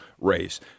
race